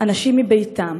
אנשים מביתם,